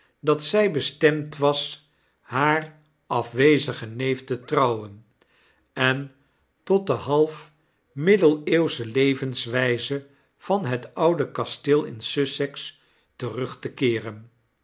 dat ztf bestemd was haar afwezigen neef te trouwen en tot de half middeleeuwsche levenswpe van het oude kasteel in sussex terug te keeren